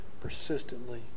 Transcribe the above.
persistently